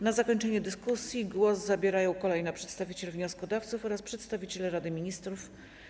Na zakończenie dyskusji głos zabierają kolejno przedstawiciel wnioskodawców oraz przedstawiciel Rady Ministrów.